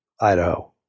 Idaho